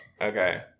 Okay